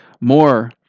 more